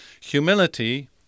Humility